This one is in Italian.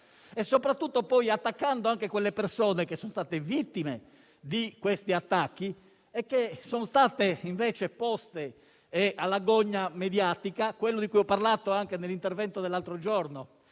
E soprattutto, si attaccano le persone che sono state vittime di questi attacchi e che sono state poste alla gogna mediatica (cosa di cui ho parlato anche nell'intervento dell'altro giorno